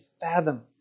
fathom